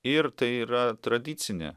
ir tai yra tradicinė